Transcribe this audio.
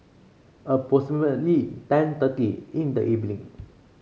approximately ten thirty in the evening